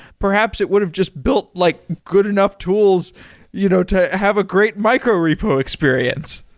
perhaps it would have just built like good enough tools you know to have a great micro repo experience.